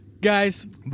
Guys